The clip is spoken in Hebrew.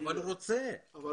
הוא רוצה להיות בקריה.